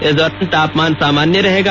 इस दौरान तापमान सामान्य रहेगा